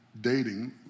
dating